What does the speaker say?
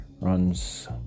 runs